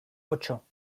ocho